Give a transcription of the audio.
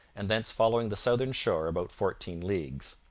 and thence following the southern shore about fourteen leagues.